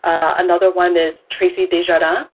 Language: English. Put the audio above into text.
um another one is traci des jardins,